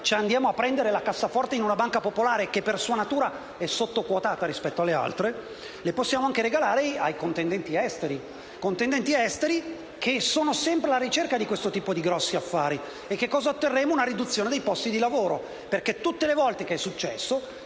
ci andiamo a prendere la cassaforte in una banca popolare che, per sua natura, è sottoquotata rispetto alle altre), le possiamo anche regalare ai contendenti esteri. Ricordo che i contendenti esteri sono sempre alla ricerca di questo tipo di grossi affari. Cosa otterremmo? Una riduzione dei posti di lavoro. Infatti, tutte le volte che si sono